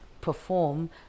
perform